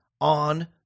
on